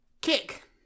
Kick